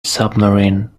submarine